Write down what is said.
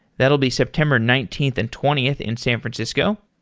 that will be september nineteenth and twentieth in san francisco.